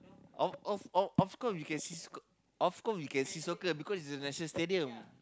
of of of of course you can see sk~ of course you can see so clear because it is the National-Stadium